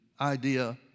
idea